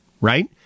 right